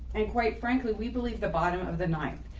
and quite frankly, we believe the bottom of the night,